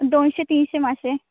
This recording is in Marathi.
दोनशे तीनशे मासे